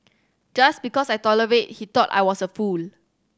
just because I tolerated he thought I was a fool